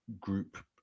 group